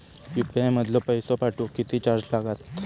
UPI मधलो पैसो पाठवुक किती चार्ज लागात?